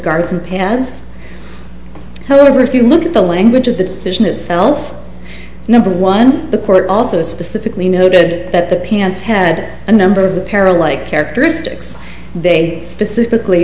guards and pants however if you look at the language of the decision itself number one the court also specifically noted that the pants head a number of the peril like characteristics they specifically